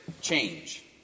change